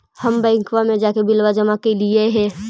हम बैंकवा मे जाके बिलवा जमा कैलिऐ हे?